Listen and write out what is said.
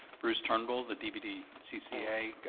bruce turnbull, the dvd cca,